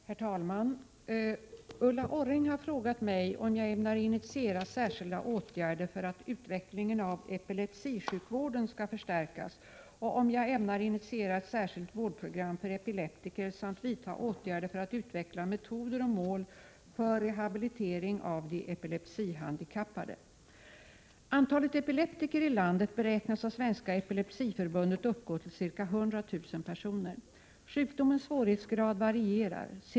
Herr talman! Ulla Orring har frågat mig om jag ämnar initiera särskilda åtgärder för att utvecklingen av epilepsisjukvården skall förstärkas och om jag ämnar initiera ett särskilt vårdprogram för epileptiker samt vidta åtgärder för att utveckla metoder och mål för rehabilitering av de epilepsihandikappade. Antalet epileptiker i landet beräknas av Svenska epilepsiförbundet uppgå till ca 100 000 personer. Sjukdomens svårighetsgrad varierar.